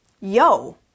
yo